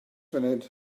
funud